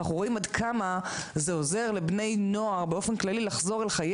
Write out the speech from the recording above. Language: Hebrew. ואנחנו רואים עד כמה זה עוזר לבני נוער באופן כללי לחזור אל חיי